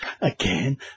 again